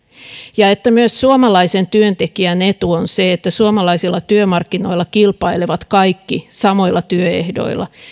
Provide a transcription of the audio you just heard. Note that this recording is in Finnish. ja että myös suomalaisen työntekijän etu on se että suomalaisilla työmarkkinoilla kilpailevat kaikki samoilla työehdoilla